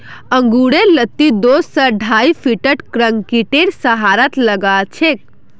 अंगूरेर लत्ती दो स ढाई फीटत कंक्रीटेर सहारात लगाछेक